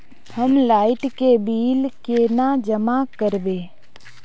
हम लाइट के बिल केना जमा करबे?